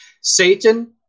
Satan